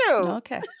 Okay